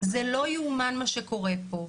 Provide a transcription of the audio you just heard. זה לא יאומן מה שקורה פה.